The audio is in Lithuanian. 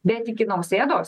bet iki nausėdos